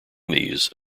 these